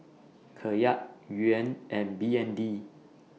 Kyat Yuan and B N D